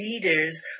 leaders